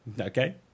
Okay